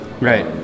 Right